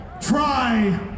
try